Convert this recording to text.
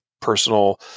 personal